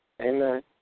Amen